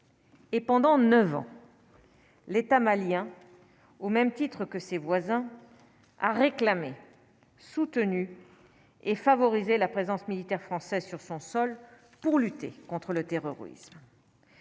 et pendant 9 ans l'État malien, au même titre que ses voisins, a réclamé soutenu et favoriser la présence militaire française sur son sol pour lutter contre le terrorisme,